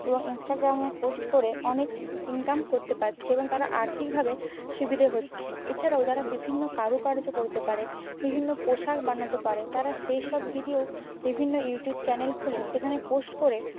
এবং ইনস্টাগ্রামে পোস্ট করে অনেক ইনকাম করতে পারছে এবং তারা আর্থিকভাবে সুবিধে হচ্ছে এছাড়াও যারা বিভিন্ন কারুকার্য করতে পারে বিভিন্ন পোশাক বানাতে পারে তারা সেই সব ভিডিও বিভিন্ন ইউটিউব চ্যানেল খুলে সেখানে পোস্ট করে